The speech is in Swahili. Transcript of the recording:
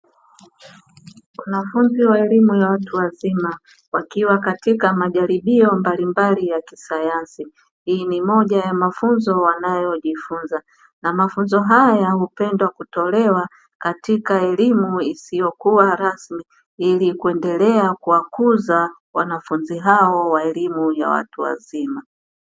Wanafunzi wa elimu ya watu wazima wakiwa katika majaribio mbalimbali ya kisayansi, ni moja ya mafunzo wanayojifunza, mafunzo haya hupenda kutolewa katika elimu isiyokuwa rasmi ili kuendelea kuwakuza wanafunzi hao wa elimu ya watu wazima.